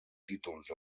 títols